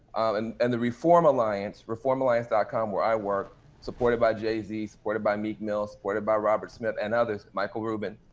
and and the reform alliance, reformalliance dot com where i work supported by jay z, supported by meek mills supported by robert smith and others, michael rubin.